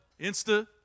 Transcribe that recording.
Insta